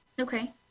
Okay